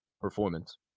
performance